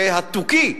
שהתוכי,